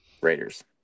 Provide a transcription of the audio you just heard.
Raiders